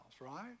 right